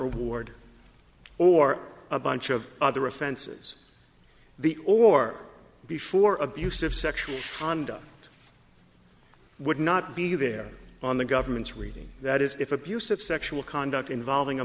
award or a bunch of other offenses the or before abusive sexual conduct would not be there on the government's reading that is if abusive sexual conduct involving a